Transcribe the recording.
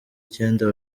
icyenda